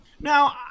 Now